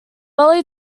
early